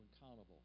accountable